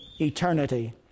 eternity